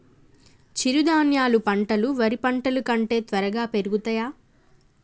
చిరుధాన్యాలు పంటలు వరి పంటలు కంటే త్వరగా పెరుగుతయా?